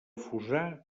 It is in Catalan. fossar